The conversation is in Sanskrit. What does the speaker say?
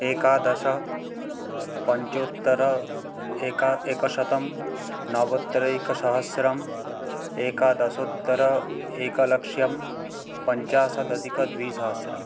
एकादशपञ्चोत्तरएका एकशतं नवोत्तरएकसहस्रम् एकादशोत्तरएकलक्षं पञ्चाशदधिकद्विसहस्रम्